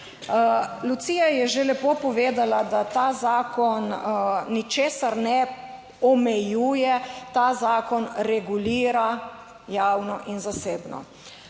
Lucija je že lepo povedala, da ta zakon ničesar ne omejuje, ta zakon regulira javno in zasebno.